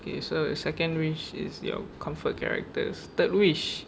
okay so secondary wish is your comfort characters third wish